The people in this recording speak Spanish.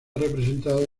representado